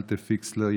אלטע פיקסלר,